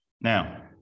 Now